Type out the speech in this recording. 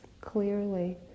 clearly